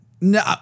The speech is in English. No